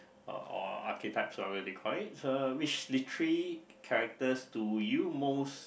or archetypes or whatever they call it so which literary characters do you most